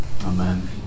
Amen